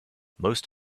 most